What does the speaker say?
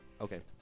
Okay